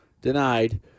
denied